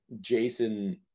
jason